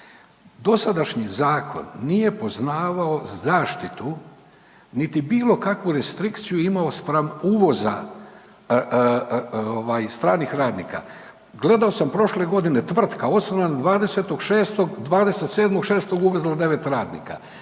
Dosadašnji zakon nije poznavao zaštitu niti bilo kakvu restrikciju imao spram uvoza stranih radnika. Gledao sam prošle godine tvrtka osnovana 20.6., 27.6. uvezla 9 radnika.